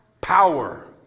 power